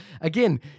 again